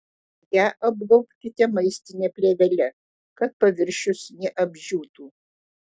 ją apgaubkite maistine plėvele kad paviršius neapdžiūtų